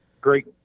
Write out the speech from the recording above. great